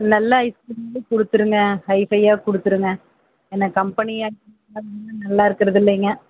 நல்ல ஐஸ்க்ரீமு கொடுத்துருங்க ஹை ஃபையாக கொடுத்துருங் ஏன்னா கம்பெனி ஐஸ்க்ரீம் அந்தளவுக்கு நல்லா இருக்குறதில்லங்க